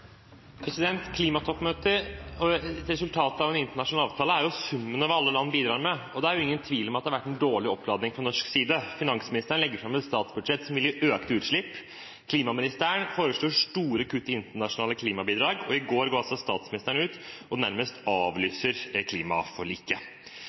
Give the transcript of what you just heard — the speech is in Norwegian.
resultatet av en internasjonal avtale er summen av hva alle land bidrar med, og det er ingen tvil om at det har vært en dårlig oppladning fra norsk side: Finansministeren legger fram et statsbudsjett som vil gi økte utslipp. Klimaministeren foreslår store kutt i internasjonale klimabidrag, og i går gikk statsministeren ut og nærmest avlyste klimaforliket.